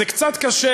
זה קצת קשה,